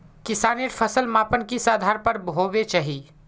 किसानेर फसल मापन किस आधार पर होबे चही?